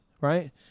Right